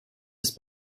ist